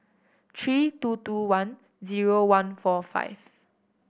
three two two one zero one four five